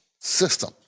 system